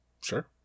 Sure